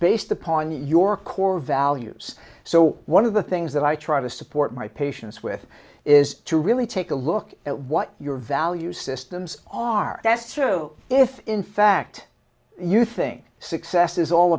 based upon your core values so one of the things that i try to support my patients with is to really take a look at what your value systems are that's true if in fact you think success is all